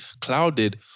clouded